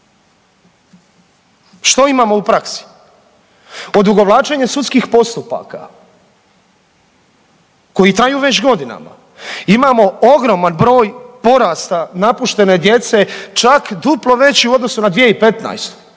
Što imamo u praksi? Odugovlačenje sudskih postupaka koji traju već godinama, imamo ogroman broj porasta napuštene djece, čak duplo veći u odnosu na 2015.,